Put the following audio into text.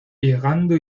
llegando